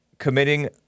committing